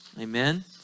Amen